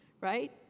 Right